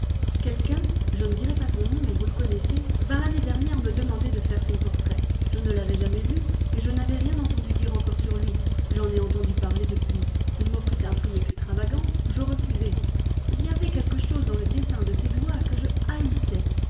quelqu'un je ne dirai pas son nom mais vous le connaissez vint l'année dernière me demander de faire son portrait je ne l'avais jamais vu et je n'avais rien entendu dire encore sur lui j'en ai entendu parler depuis il m'offrit un prix extravagant je refusai il y avait quelque chose dans le dessin de ses doigts que je haïssais